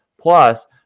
Plus